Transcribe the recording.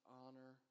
honor